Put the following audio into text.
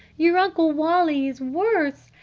your uncle wally is worse!